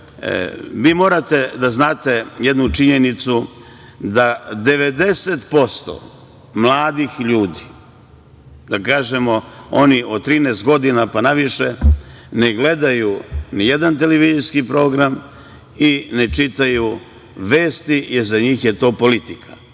morate da znate jednu činjenicu, 90% mladih ljudi, da kažemo oni od 13 godina pa na više, ne gledaju ni jedan televizijski program i ne čitaju vesti, jer za njih je to politika.